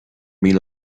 míle